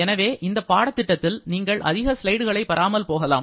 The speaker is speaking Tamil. எனவே இந்த பாடத்திட்டத்தில் நீங்கள் அதிக ஸ்லைடுகளைப் பெறாமல் போகலாம்